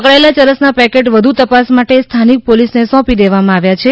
પકડાયેલા ચરસના પેકેટ વધુ તપાસ માટે સ્થાનિક પોલીસને સોંપી દેવામાં આવ્યા છે